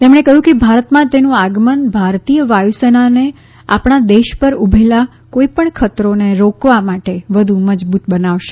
તેમણે કહ્યું કે ભારતમાં તેનું આગમન ભારતીય વાયુસેનાને આપણા દેશ પર ઉભેલા કોઈ પણ ખતરોને રોકવા માટે વધુ મજબૂત બનાવશે